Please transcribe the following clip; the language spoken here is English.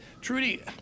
Trudy